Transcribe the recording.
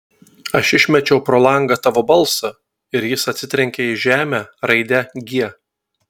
aš išmečiau pro langą tavo balsą ir jis atsitrenkė į žemę raide g